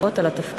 ברכות על התפקיד.